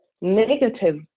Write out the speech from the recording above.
negative